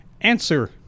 answer